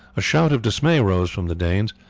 a shout of dismay rose from the danes,